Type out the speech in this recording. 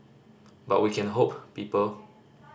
but we can hope people